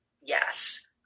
Yes